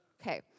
Okay